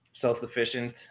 self-sufficient